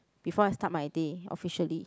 before I start my day officially